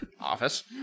Office